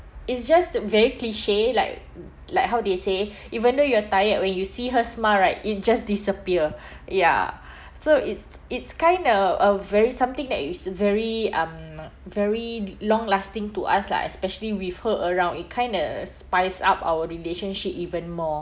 it's just very cliche like like how they say even though you're tired when you see her smile right it just disappear ya so it's it's kind a a very something that is very um very l~ long lasting to us lah especially with her around it kinda spice up our relationship even more